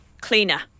Cleaner